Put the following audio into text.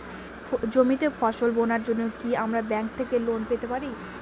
জমিতে ফসল বোনার জন্য কি আমরা ব্যঙ্ক থেকে লোন পেতে পারি?